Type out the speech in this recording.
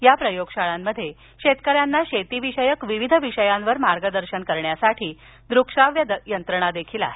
या प्रयोगशाळांमध्ये शेतकऱ्यांना शेतीविषयक विविध विषयांवर मार्गदर्शन करण्यासाठी दूक श्राव्य यंत्रणा देखील आहे